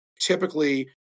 typically